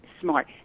smart